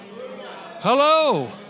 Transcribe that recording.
hello